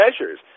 measures